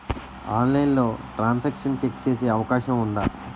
ఆన్లైన్లో transaction check చేసే అవకాశం ఉందా?